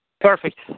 Perfect